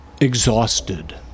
exhausted